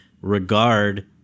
regard